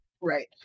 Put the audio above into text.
right